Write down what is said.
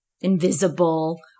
invisible